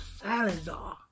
Salazar